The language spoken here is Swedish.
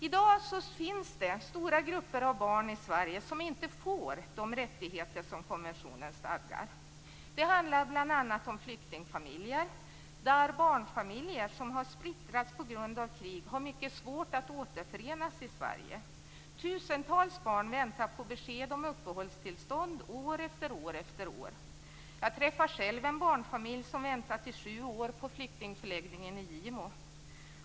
I dag finns det stora grupper av barn i Sverige som inte får de rättigheter som konventionen stadgar. Det handlar bl.a. om flyktingfamiljer. Barnfamiljer som har splittrats på grund av krig har mycket svårt att återförenas i Sverige. Tusentals barn väntar på besked om uppehållstillstånd år efter år. Jag träffade själv en barnfamilj som väntat i sju år på flyktingförläggningen i Gimo.